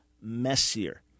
messier